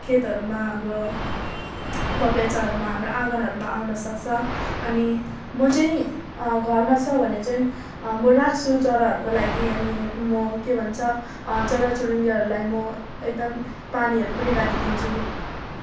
खेतहरूमा हाम्रो बगैँचाहरूमा हाम्रो आँगनहरूमा आउनसक्छ अनि म चाहिँ घरमा छु भने चाहिँ म राख्छु चराहरूको लागि अनि म के भन्छ चरा चुरुङ्गीहरूलाई म एकदम पानीहरू पनि राखीदिन्छु